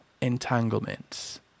entanglements